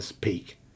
peak